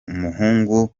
umuhungu